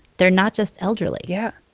they're not just elderly yeah.